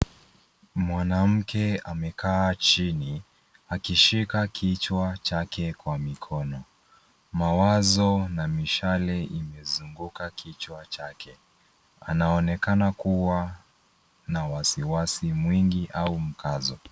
Mwanamke amekaa chini akishika kichwa chake kwa mikono. Mawazo na mishale imezunguka kichwa chake. Anaonekana kuwa na wasiwasi mwingi au mkazo.